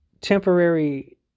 temporary